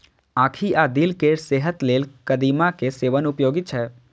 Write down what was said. आंखि आ दिल केर सेहत लेल कदीमा के सेवन उपयोगी छै